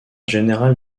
général